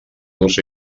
dos